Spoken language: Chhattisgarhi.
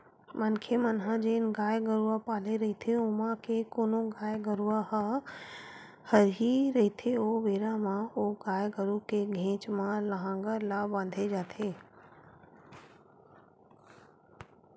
मनखे मन ह जेन गाय गरुवा पाले रहिथे ओमा के कोनो गाय गरुवा ह हरही रहिथे ओ बेरा म ओ गाय गरु के घेंच म लांहगर ला बांधे जाथे